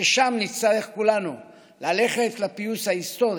ושם נצטרך כולנו ללכת לפיוס ההיסטורי,